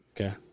Okay